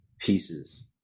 pieces